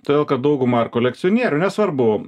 todėl kad dauguma ar kolekcionierių nesvarbu